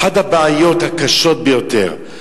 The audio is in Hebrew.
אחת הבעיות הקשות ביותר,